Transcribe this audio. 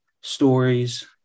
stories